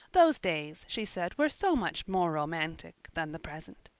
those days, she said, were so much more romantic than the present.